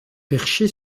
perché